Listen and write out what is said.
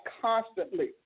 constantly